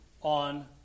on